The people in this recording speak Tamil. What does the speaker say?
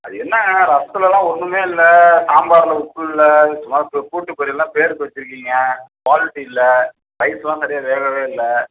அது என்ன ரசத்துலலாம் ஒன்றுமே இல்லை சாம்பாரில் உப்பில்லை சும்மா கூட்டு பொரியலெல்லாம் பேருக்கு வைச்சிருக்கீங்க குவாலிட்டி இல்லை ரைஸுலாம் சரியாக வேகவே இல்லை